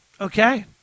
Okay